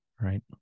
Right